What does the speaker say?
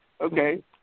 okay